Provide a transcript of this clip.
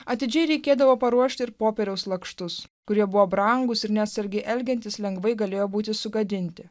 atidžiai reikėdavo paruošti ir popieriaus lakštus kurie buvo brangūs ir neatsargiai elgiantis lengvai galėjo būti sugadinti